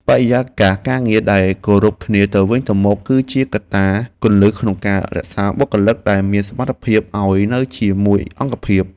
បរិយាកាសការងារដែលគោរពគ្នាទៅវិញទៅមក គឺជាកត្តាគន្លឹះក្នុងការរក្សាបុគ្គលិកដែលមានសមត្ថភាពឱ្យនៅជាមួយអង្គភាព។